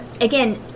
again